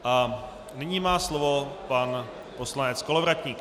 A nyní má slovo pan poslanec Kolovratník.